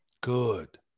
Good